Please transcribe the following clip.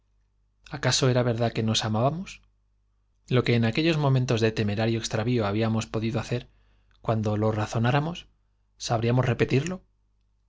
acaso era verdad que nos amábamos lo que aquellos lnon entos de temerario extravío en habíamos podido hacer cuando lo bríamos repetirlo